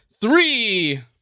three